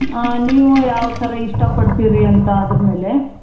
ನೀವು ಯಾವ ಥರ ಇಷ್ಟಪಡ್ತೀರಿ ಅಂತ ಅದರ ಮೇಲೆ